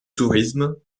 tourisme